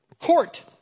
court